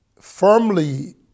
firmly